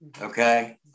Okay